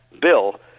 bill